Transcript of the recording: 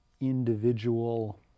individual